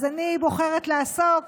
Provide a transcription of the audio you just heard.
אז אני בוחרת לעסוק